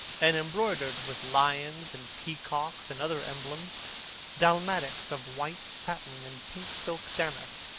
and embroidered with lions and peacocks and other emblems dalmatics of white satin and pink silk damask,